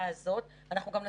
עד 26 במאי 2021. אני מציעה,